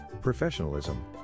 Professionalism